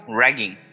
ragging